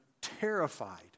terrified